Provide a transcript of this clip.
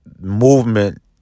movement